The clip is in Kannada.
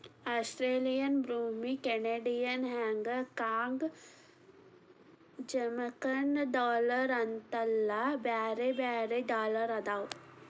Australian Brunei Canadian Hong Kong Jamaican dollar ಅಂತೆಲ್ಲಾ ಬ್ಯಾರೆ ಬ್ಯಾರೆ ಡಾಲರ್ ಅದಾವ